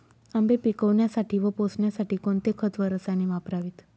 आंबे पिकवण्यासाठी व पोसण्यासाठी कोणते खत व रसायने वापरावीत?